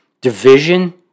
Division